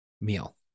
meal